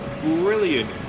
brilliant